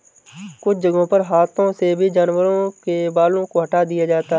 कुछ जगहों पर हाथों से भी जानवरों के बालों को हटा दिया जाता है